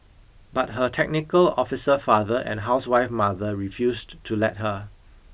but her technical officer father and housewife mother refused to let her